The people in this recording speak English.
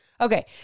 Okay